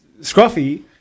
Scruffy